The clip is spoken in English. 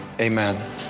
amen